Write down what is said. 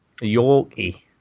Yorkie